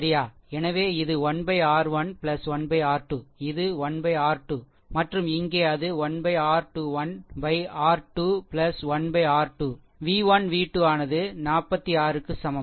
எனவே இது 1 R1 1 R 2 இது 1 R2 மற்றும் இங்கே அது 1 R21 R 2 1 R2 v 1 v 2 ஆனது 46 க்கு சமம்